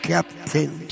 Captain